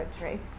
poetry